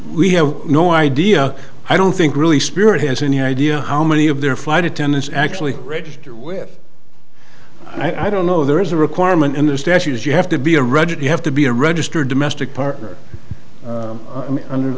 we have no idea i don't think really spirit has any idea how many of their flight attendants actually register with i don't know there is a requirement in the statute is you have to be a ready have to be a registered domestic partner